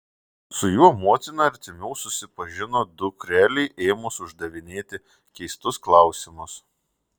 su juo motina artimiau susipažino dukrelei ėmus uždavinėti keistus klausimus